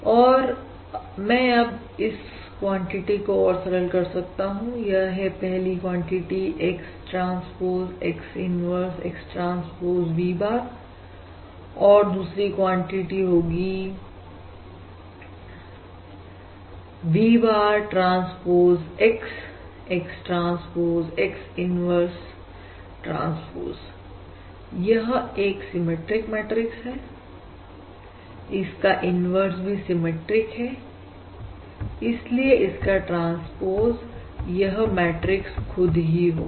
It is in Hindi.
और अब मैं इस क्वांटिटी को और सरल कर सकता हूं यह है पहली quantity X transpose X inverse X transpose V bar और दूसरी क्वांटिटी होगी V bar transpose X X transpose X inverse transpose यह एक सिमेट्रिक मैट्रिक्स है इसका इन्वर्स भी सिमेट्रिक है इसलिए इसका ट्रांसपोज यह मैट्रिक्स खुद ही होगा